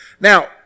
Now